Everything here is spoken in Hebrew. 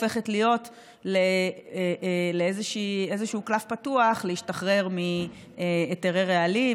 לא הופכת להיות איזשהו קלף פתוח להשתחרר מהיתרי רעלים,